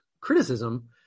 criticism